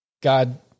God